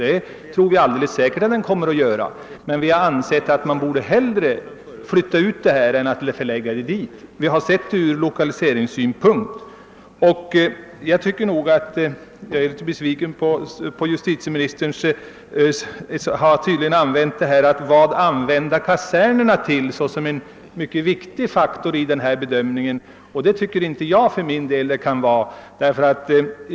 Helt säkert kommer den att göra det, men vi har ansett att man hellre borde flytta ut den än förlägga den dit. Vi har sett frågan från lokaliseringssynpunkt, och jag är i det avsendet besviken på justitieministern, som tydligen har betraktat frågan om vad kasernerna skall användas till såsom en mycket viktig faktor i bedömningen. Det tycker jag inte att den kan vara.